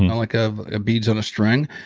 like of a beads on a string,